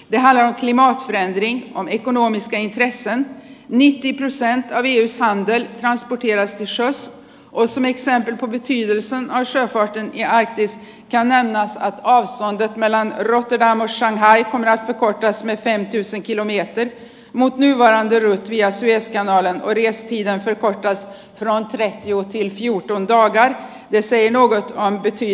vähällä limaa leevi on ekonomisten kesän niitin rysään viisaan peli ja jos kisoissa voisi missään on vitsi jossa naisia varten ja idätys ja näinhän se on meillä on rotterdamissa ja ikkunat rikkoi toisen eteen pysäkillä mie muutin vääntyy ja syö ja väljästi verkostoissa on sädehti uoti juttu on taakka ja svaret är nej